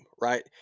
right